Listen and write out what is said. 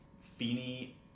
Feeny